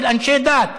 של אנשי דת.